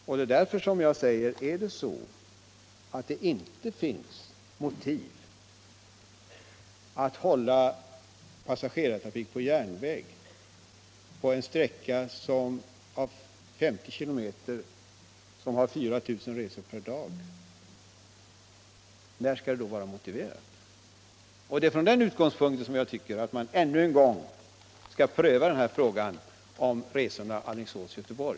Och det är därför som jag säger, att om det inte finns motiv för att hålla passagerartrafik på järnväg då det gäller en sträcka på 50 km och 4 000 resenärer per dag, när skall det då vara motiverat? Det är från den utgångspunkten som jag tycker att man ännu en gång skall pröva denna fråga om resorna Alingsås-Göteborg.